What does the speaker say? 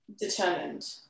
Determined